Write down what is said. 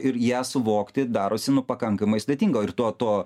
ir ją suvokti darosi nu pakankamai sudėtinga ir to to